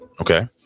Okay